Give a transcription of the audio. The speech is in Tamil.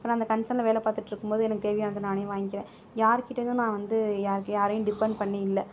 இப்போ நான் அந்த கன்சலில் வேலை பார்த்துட்டு இருக்கும் போது எனக்கு தேவையானதை நானே வாங்கிக்கிறேன் யாருக்கிட்டேருந்தும் நான் வந்து யா யாரையும் டிபன்ட் பண்ணி இல்லை